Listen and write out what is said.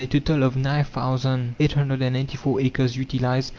a total of nine thousand eight hundred and eighty four acres utilized,